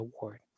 Award